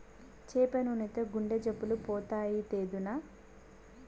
చేప నూనెతో గుండె జబ్బులు పోతాయి, తెద్దునా